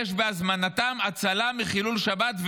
יש בהזמנתם הצלה מחילול שבת,